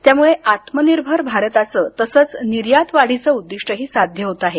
यामुळे आत्मनिर्भर भारताचं तसंच निर्यात वाढीचं उद्दीष्टही साध्य होत आहे